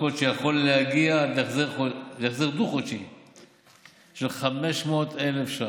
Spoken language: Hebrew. קבועות ויכול להגיע עד להחזר דו-חודשי של 500,000 ש"ח.